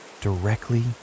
directly